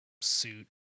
suit